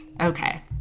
okay